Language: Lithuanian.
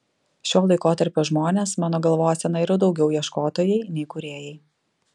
šio laikotarpio žmonės mano galvosena yra daugiau ieškotojai nei kūrėjai